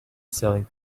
selling